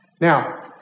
Now